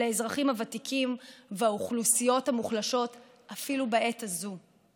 האזרחים הוותיקים והאוכלוסיות המוחלשות אפילו בעת הזאת.